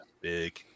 big